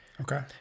Okay